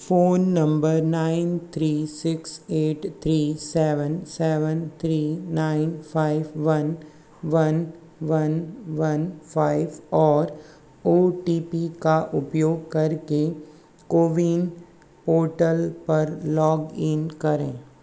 phone number nine three six eight three seven seven three nine five one one one one five और O T P का उपयोग करके CoWIN portal पर login करें